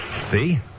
See